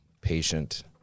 patient